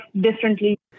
differently